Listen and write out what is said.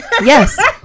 Yes